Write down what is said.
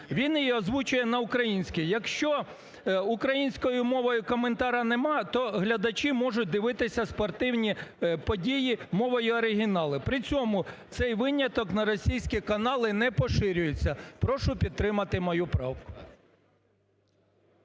він її озвучує на українській. Якщо українською мовою коментаря немає, то глядачі можуть дивитися спортивні події мовою оригіналу. При цьому цей виняток на російські канали не поширюється. Прошу підтримати мою правку.